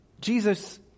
Jesus